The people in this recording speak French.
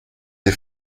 des